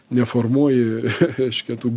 neformuoji reiškia tų